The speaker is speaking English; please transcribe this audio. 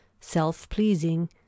self-pleasing